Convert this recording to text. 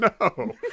No